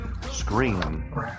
Scream